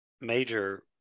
major